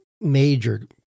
major